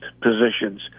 positions